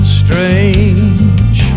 strange